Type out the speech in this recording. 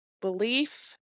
Belief